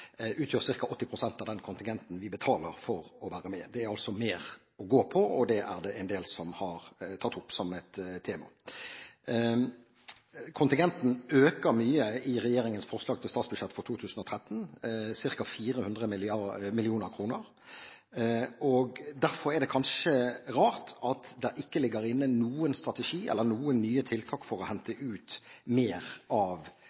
utgjør ca. 80 pst. av den kontingenten vi betaler for å være med. Det er altså mer å gå på, og det er det en del som har tatt opp som et tema. Kontingenten øker mye i regjeringens forslag til statsbudsjett for 2013, ca. 400 mill. kr. Derfor er det kanskje rart at det ikke ligger inne noen strategi eller noen nye tiltak for å hente ut mer av